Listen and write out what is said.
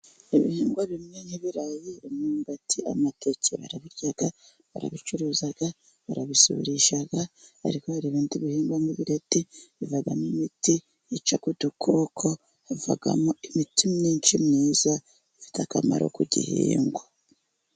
Ibihingwa bimwe n'ibirayi ,imyumbati ,amateke barabirya ,barabicuruza ,barabisurisha ,ariko hari ibindi bihingwa nk'bireti bivamo imiti yica udukoko . Havamo imiti myinshi myiza ,ifite akamaro ku gihingwa.